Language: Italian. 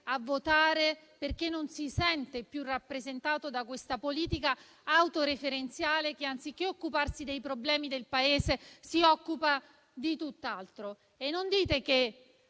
a votare perché non si sente più rappresentato da questa politica autoreferenziale che, anziché occuparsi dei problemi del Paese, si occupa di tutt'altro. Non dite che